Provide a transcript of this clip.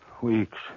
Weeks